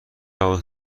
هواتو